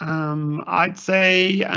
um, i'd say, yeah